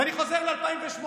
ואני חוזר ל-2018.